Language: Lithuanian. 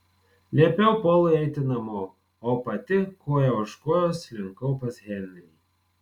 liepiau polui eiti namo o pati koja už kojos slinkau pas henrį